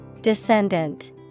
Descendant